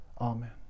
Amen